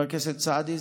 חבר הכנסת סעדי,